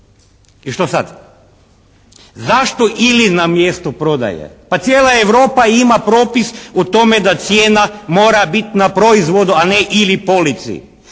I što sad? Zašto ili na mjestu prodaje? Pa cijela Europa ima propis o tome da cijena mora biti na proizvodu, a ne ili polici.